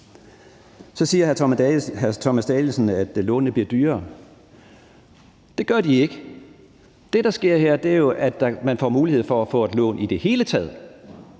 Så siger hr. Thomas Danielsen, at lånene bliver dyrere. Det gør de ikke. Det, der sker her, er jo, at man får mulighed for at få et lån i det hele taget.